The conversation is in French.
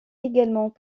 également